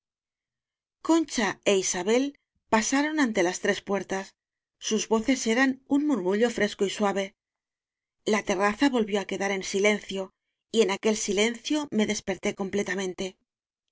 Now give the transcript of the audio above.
concha é isabel pasaron ante l is tres puer tas sus voces eran un murmullo fresco y suave la terraza volvió á quedar en silenbiblioteca nacional de españa ció y en aquel silencio me desperté comple